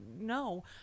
no